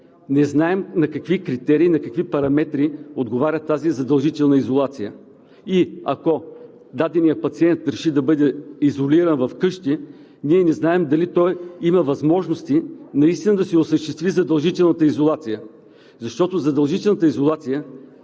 не знаем на какви критерии, на какви параметри отговаря тази задължителна изолация. И ако даденият пациент реши да бъде изолиран вкъщи, ние не знаем дали има възможности наистина да си осъществи задължителната изолация, защото задължителната изолация